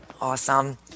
Awesome